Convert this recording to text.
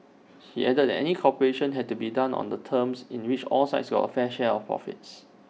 he added that any cooperation had to be down on terms in which all sides got A fair share of profits